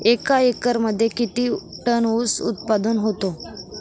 एका एकरमध्ये किती टन ऊस उत्पादन होतो?